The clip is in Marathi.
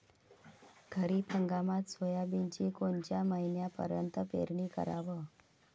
खरीप हंगामात सोयाबीनची कोनच्या महिन्यापर्यंत पेरनी कराव?